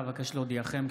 אבקש להודיעכם,